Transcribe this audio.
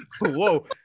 Whoa